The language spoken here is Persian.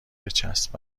بچسب